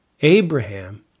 Abraham